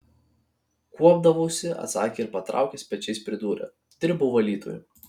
kuopdavausi atsakė ir patraukęs pečiais pridūrė dirbau valytoju